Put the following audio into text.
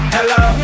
Hello